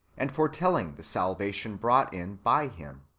and foretelling the salvation brought in by him?